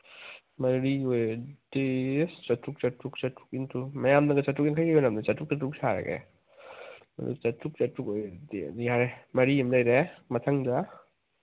ꯃꯔꯤ ꯑꯣꯏꯔꯗꯤ ꯆꯥꯇ꯭ꯔꯨꯛ ꯆꯥꯇ꯭ꯔꯨꯛ ꯆꯥꯇ꯭ꯔꯨꯛ ꯏꯟꯇꯣ ꯃꯌꯥꯝꯅꯒ ꯆꯥꯇ꯭ꯔꯨꯛ ꯌꯥꯡꯈꯩ ꯌꯣꯟꯅꯕꯅꯤ ꯆꯥꯇ꯭ꯔꯨꯛ ꯆꯥꯇ꯭ꯔꯨꯛ ꯁꯥꯔꯒꯦ ꯑꯗꯨ ꯆꯥꯇ꯭ꯔꯨꯛ ꯆꯥꯇ꯭ꯔꯨꯛ ꯑꯣꯏꯔꯗꯤ ꯌꯥꯔꯦ ꯃꯔꯤ ꯑꯃ ꯂꯩꯔꯦ ꯃꯊꯪꯗ